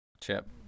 Chip